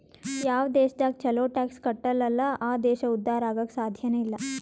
ಯಾವ್ ದೇಶದಾಗ್ ಛಲೋ ಟ್ಯಾಕ್ಸ್ ಕಟ್ಟಲ್ ಅಲ್ಲಾ ಆ ದೇಶ ಉದ್ಧಾರ ಆಗಾಕ್ ಸಾಧ್ಯನೇ ಇಲ್ಲ